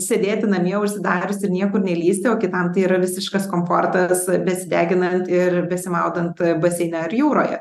sėdėti namie užsidarius ir niekur nelįsti o kitam tai yra visiškas komfortas besideginant ir besimaudant baseine ar jūroje